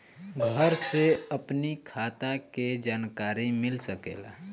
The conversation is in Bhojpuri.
घर से अपनी खाता के जानकारी मिल सकेला?